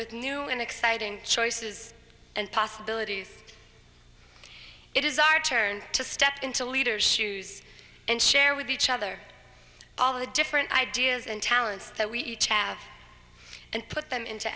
with new and exciting choices and possibilities it is our turn to step into leaders shoes and share with each other all the different ideas and talents that we have and put them into